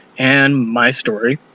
and my story